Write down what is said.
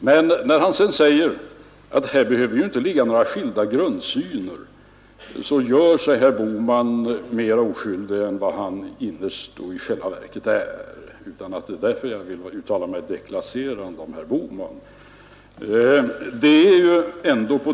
Men när herr Bohman säger att det här inte behöver föreligga någon skillnad i grundsynen, så gör sig herr Bohman mera oskyldig än han innerst inne och i själva verket är — utan att jag därför vill uttala mig deklasserande om herr Bohman.